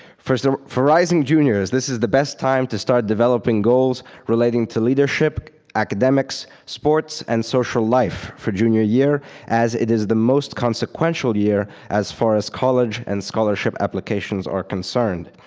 first, for rising juniors this is the best time to start developing goals relating to leadership, academics, sports, and social life for junior year as it is the most consequential year as far as college and scholarship applications are concerned.